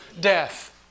death